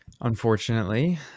unfortunately